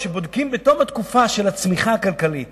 כשבודקים בתום התקופה של הצמיחה הכלכלית